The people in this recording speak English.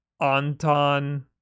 Anton